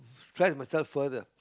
stress myself further